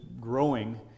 growing